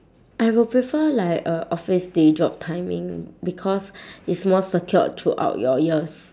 I will prefer like a office day job timing because it's more secured throughout your years